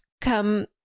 come